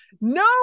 no